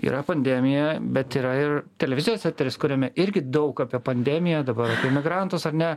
yra pandemija bet yra ir televizijos eteris kuriame irgi daug apie pandemiją dabar apie emigrantus ar ne